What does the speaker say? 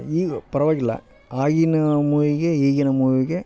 ಈಗ ಪರವಾಗಿಲ್ಲ ಆಗಿನ ಮೂವಿಗೆ ಈಗಿನ ಮೂವಿಗೆ